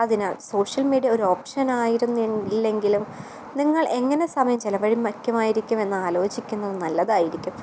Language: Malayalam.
അതിനാൽ സോഷ്യൽ മീഡ്യ ഒരു ഓപ്ഷൻ ആയിരുന്നില്ലെങ്കിലും നിങ്ങൾ എങ്ങനെ സമയം ചെലവഴിക്കുമായിരിക്കും എന്നാലോചിക്കുന്നത് നല്ലതായിരിക്കും